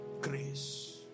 grace